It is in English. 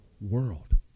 world